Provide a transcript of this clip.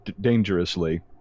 dangerously